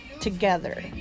together